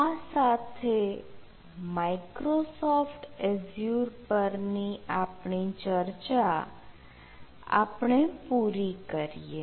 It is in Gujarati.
આ સાથે માઈક્રોસોફ્ટ એઝ્યુર પરની આપણી ચર્ચા આપણે પૂરી કરીએ